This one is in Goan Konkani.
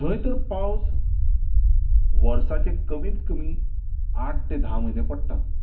थंय तर पावस वर्साचे कमींत कमीं आठ ते धा म्हयने पडटा